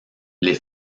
les